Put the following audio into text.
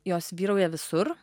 jos vyrauja visur